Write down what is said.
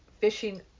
fishing